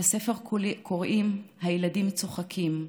לספר קוראים "הילדים צוחקים",